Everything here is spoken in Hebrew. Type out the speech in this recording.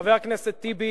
חבר הכנסת טיבי,